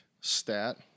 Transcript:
stat